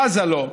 בזה לו,